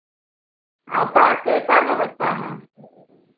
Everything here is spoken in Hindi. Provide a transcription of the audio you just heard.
आपका कैसा व्यवस्था है